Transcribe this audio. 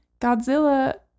Godzilla